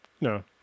No